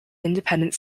independent